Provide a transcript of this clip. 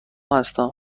هستم